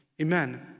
Amen